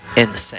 insane